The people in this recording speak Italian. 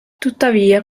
tuttavia